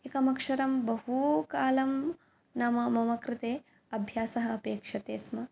एकम् अक्षरं बहूकालं नाम मम कृते अभ्यासः अपेक्षते स्म